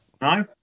No